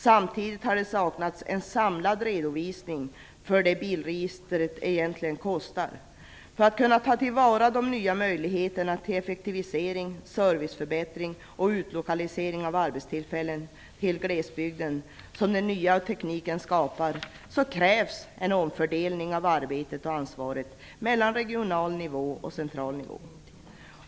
Samtidigt har det saknats en samlad redovisning för vad bilregistret egentligen kostar. För att kunna ta till vara de nya möjligheter till effektivisering, serviceförbättringar och utlokalisering av arbetstillfällen till glesbygden som den nya tekniken skapar krävs en omfördelning av arbetet och ansvaret mellan regional nivå och central nivå.